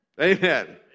Amen